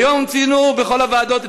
היום ציינו בכל הוועדות,